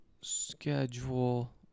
Schedule